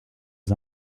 his